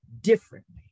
differently